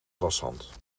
washand